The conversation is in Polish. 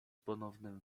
ponownym